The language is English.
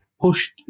pushed